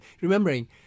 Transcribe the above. Remembering